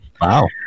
wow